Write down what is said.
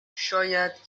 شاید